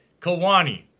Kawani